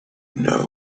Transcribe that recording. know